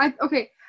Okay